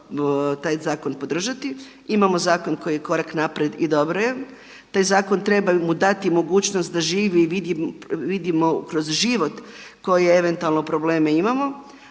taj zakon podržati, imamo zakon koji je korak naprijed i dobro je. Taj zakon treba mu dati mogućnost da živi i vidimo kroz život, koje je eventualno probleme imamo